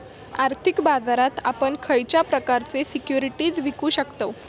आर्थिक बाजारात आपण खयच्या प्रकारचे सिक्युरिटीज विकु शकतव?